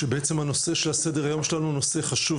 הנושא שעל סדר היום שלנו הוא נושא חשוב